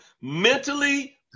mentally